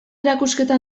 erakusketa